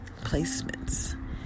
placements